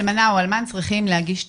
אלמנה או אלמן צריכים להגיש תביעה.